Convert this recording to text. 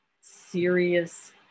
serious